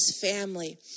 family